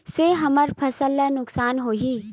से हमर फसल ला नुकसान होही?